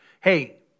hey